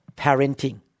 parenting